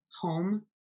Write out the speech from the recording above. home